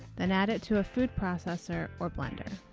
then add it to a food processor or blender.